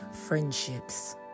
friendships